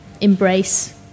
embrace